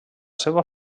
seva